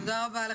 תודה רבה.